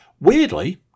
Weirdly